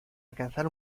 alcanzar